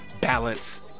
balance